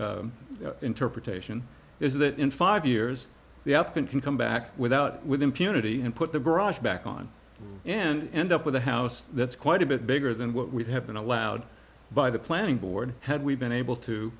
rule interpretation is that in five years the op can can come back without with impunity and put the brush back on and end up with a house that's quite a bit bigger than what we'd have been allowed by the planning board had we been able to